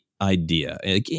idea